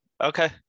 Okay